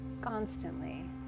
constantly